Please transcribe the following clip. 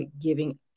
giving